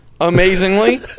amazingly